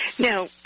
Now